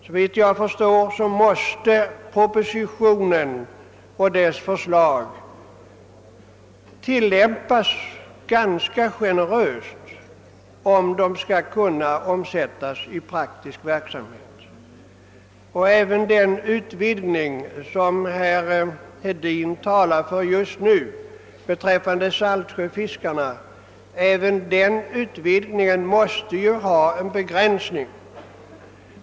Propositionen och dess förslag måste som jag ser det tillämpas ganska generöst om de skall kunna omsättas i praktisk verklighet. Även den utvidgning beträffande saltsjöfiskarna, som herr Hedin nyss talade för, måste begränsas.